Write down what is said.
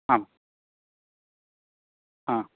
आं हा